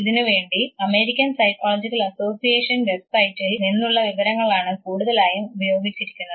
ഇതിനു വേണ്ടി American psychological association വെബ്സൈറ്റിൽ നിന്നുള്ള വിവരങ്ങളാണ് കൂടുതലായും ഉപയോഗിച്ചിരിക്കുന്നത്